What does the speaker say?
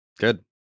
Good